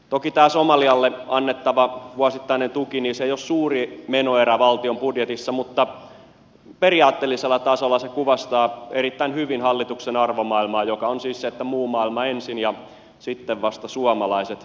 toki tämä somalialle annettava vuosittainen tuki ei ole suuri menoerä valtion budjetissa mutta periaatteellisella tasolla se kuvastaa erittäin hyvin hallituksen arvomaailmaa joka on siis se että muu maailma ensin ja sitten vasta suomalaiset